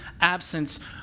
absence